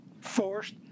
forced